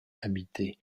habitée